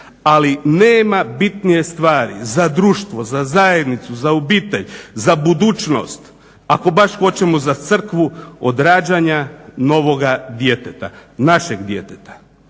ali nema bitnije stvari za društvo, za zajednicu, za obitelj, za budućnost ako baš hoćemo za Crkvu od rađanja novoga djeteta, našeg djeteta.